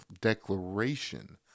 declaration